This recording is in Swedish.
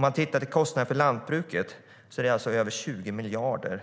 man tittar till kostnaderna för lantbruket är det över 20 miljarder.